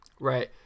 Right